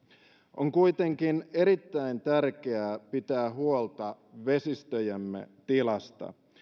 on kuitenkin erittäin tärkeää pitää huolta vesistöjemme tilasta